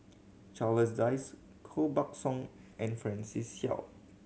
Charles Dyce Koh Buck Song and Francis Seow